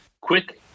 quick